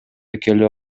келип